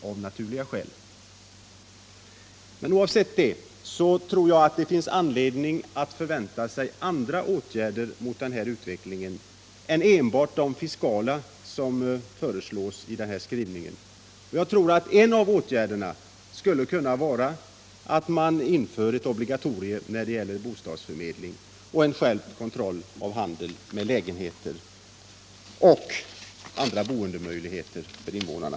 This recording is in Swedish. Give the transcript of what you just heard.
Men oavsett hur det förhåller sig med riktigheten i uppgifterna tror jag att det av naturliga skäl finns anledning att förvänta sig andra åtgärder för att hindra denna utveckling än enbart de fiskala åtgärder som föreslås i den här skrivningen. Jag tror att en av åtgärderna skulle kunna vara att införa ett obligatorium när det gäller bostadsförmedling samt en skärpt kontroll av handeln med lägenheter och andra boendemöjligheter för invånarna.